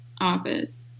office